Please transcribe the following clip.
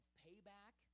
payback